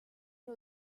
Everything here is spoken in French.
une